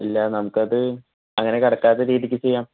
ഇല്ല നമുക്കത് അങ്ങനെ കടക്കാത്ത രീതിയ്ക്ക് ചെയ്യാം